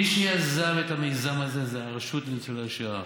מי שיזם את המיזם הזה זה הרשות לניצולי השואה.